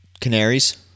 Canaries